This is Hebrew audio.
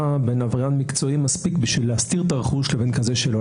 בין עבריין מקצועי מספיק להסתיר את הרכוש לבין כזה שלא.